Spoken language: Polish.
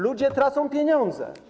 Ludzie tracą pieniądze.